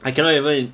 I cannot even